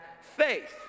faith